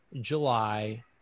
July